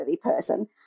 person